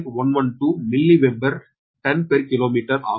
112 milli weber turn per kilometre ஆகும்